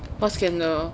what scandal